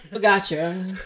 Gotcha